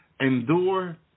endure